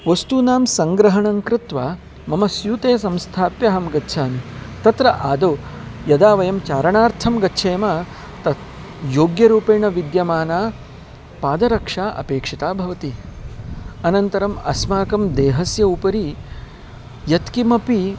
वस्तूनां सङ्ग्रहणं कृत्वा मम स्यूते संस्थाप्य अहं गच्छामि तत्र आदौ यदा वयं चारणार्थं गच्छेम तत् योग्यरूपेण विद्यमाना पादरक्षा अपेक्षिता भवति अनन्तरम् अस्माकं देहस्य उपरि यत्किमपि